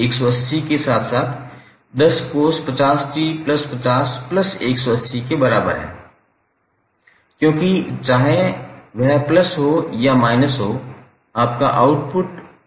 एक 𝑣1 10cos50𝑡50−180 के साथ साथ 10cos50𝑡50180 के बराबर है क्योंकि चाहे वह प्लस हो या माइनस हो आपका आउटपुट उस कोण के माइनस cos होगा